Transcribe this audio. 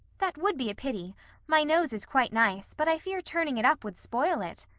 that would be a pity my nose is quite nice, but i fear turning it up would spoil it,